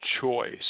choice